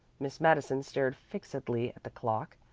miss madison stared fixedly at the clock,